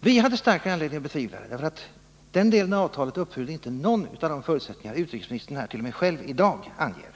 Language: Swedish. Vi hade anledning att starkt betvivla det, därför att den delen av avtalet inte uppfyllde någon av de förutsättningar som t.o.m. utrikesministern själv här i dag anger.